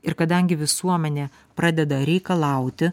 ir kadangi visuomenė pradeda reikalauti